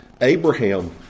Abraham